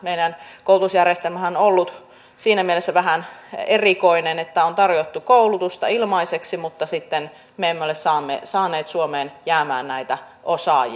meidän koulutusjärjestelmämmehän on ollut siinä mielessä vähän erikoinen että on tarjottu koulutusta ilmaiseksi mutta sitten me emme ole saaneet suomeen jäämään näitä osaajia